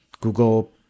Google